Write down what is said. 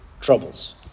troubles